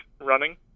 running